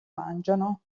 mangiano